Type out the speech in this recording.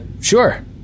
sure